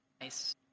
Nice